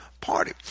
party